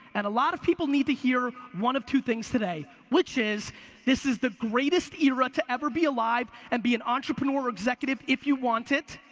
and a lot of people need to hear one of two things today, which is this is the greatest era to ever be alive and be an entrepreneur or executive if you want it.